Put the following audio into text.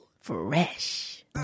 fresh